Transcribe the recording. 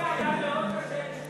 לי זה היה מאוד קשה לשתוק.